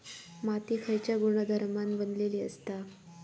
माती खयच्या गुणधर्मान बनलेली असता?